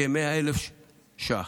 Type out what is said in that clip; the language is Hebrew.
כ-100,000 ש"ח.